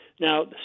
Now